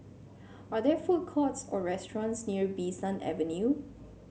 are there food courts or restaurants near Bee San Avenue